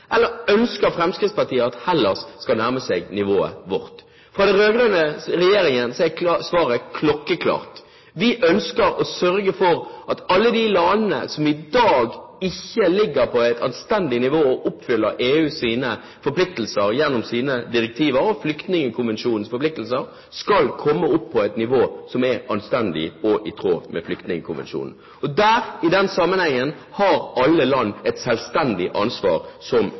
eller ønsker Fremskrittspartiet at Hellas skal nærme seg nivået vårt? For den rød-grønne regjeringen er svaret klokkeklart: Vi ønsker å sørge for at alle de landene som i dag ikke ligger på et anstendig nivå og ikke oppfyller EUs forpliktelser gjennom direktiv og Flyktningkonvensjonen, skal komme opp på et nivå som er anstendig og i tråd med Flyktningkonvensjonen. I den sammenhengen har alle land et selvstendig ansvar som